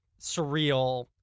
surreal